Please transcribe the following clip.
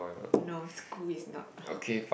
no school is not